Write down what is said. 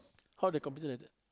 how they competetion like that